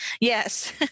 Yes